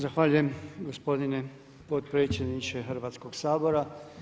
Zahvaljujem gospodine potpredsjedniče Hrvatskog sabora.